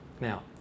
Now